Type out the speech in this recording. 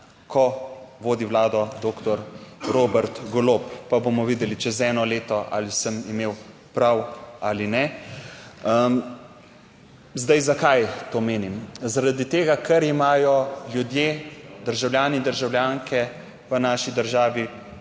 ko vodi vlado doktor Robert Golob, pa bomo videli čez eno leto, ali sem imel prav ali ne. Zdaj, zakaj to menim? Zaradi tega, ker imajo ljudje, državljani in državljanke v naši državi